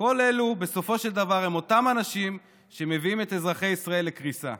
כל אלו בסופו של דבר הם אותם אנשים שמביאים את אזרחי ישראל לקריסה.